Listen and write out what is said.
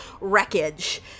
wreckage